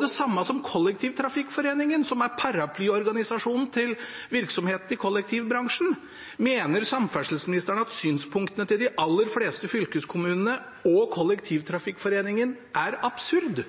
det samme som Kollektivtrafikkforeningen, som er paraplyorganisasjonen til virksomheter i kollektivbransjen. Mener samferdselsministeren at synspunktene til de aller fleste fylkeskommunene og Kollektivtrafikkforeningen er absurd?